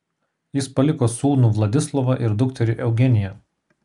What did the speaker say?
jis paliko sūnų vladislovą ir dukterį eugeniją